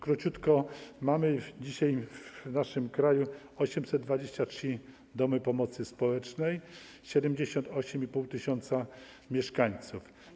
Króciutko: mamy dzisiaj w naszym kraju 823 domy pomocy społecznej - 78,5 tys. mieszkańców.